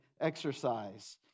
exercise